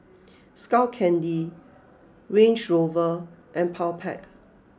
Skull Candy Range Rover and Powerpac